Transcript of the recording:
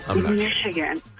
Michigan